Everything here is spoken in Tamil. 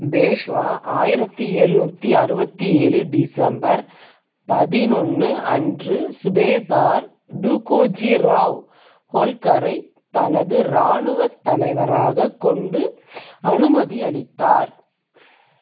பேஷ்வா ஆயிரத்து எழுநூற்றி அறுபத்தி ஏழு டிசம்பர் பதினொன்று அன்று சுபேதார் டுகோஜி ராவ் ஹோல்கரை தனது இராணுவத் தலைவராகக் கொண்டு அனுமதி அளித்தார்